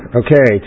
okay